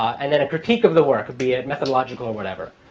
and then a critique of the work, be it methodological or whatever.